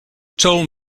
told